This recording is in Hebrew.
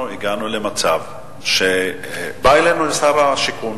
הגענו למצב שבאו אלינו לוועדת הכספים שר השיכון,